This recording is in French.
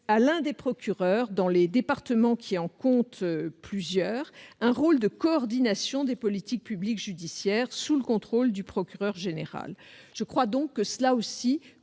à l'un des procureurs, dans les départements qui en comptent plusieurs, un rôle de coordination des politiques publiques judiciaires sous le contrôle du procureur général. Il s'agit là aussi